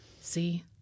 see